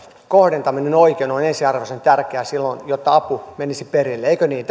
kohdentaminen oikein on ensiarvoisen tärkeää jotta apu menisi perille eikö niin